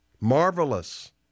Marvelous